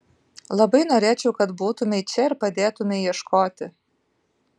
labai norėčiau kad būtumei čia ir padėtumei ieškoti